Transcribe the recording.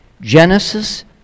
Genesis